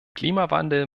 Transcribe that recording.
klimawandel